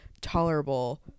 tolerable